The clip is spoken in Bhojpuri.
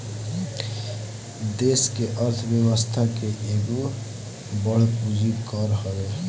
देस के अर्थ व्यवस्था के एगो बड़ पूंजी कर हवे